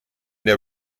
der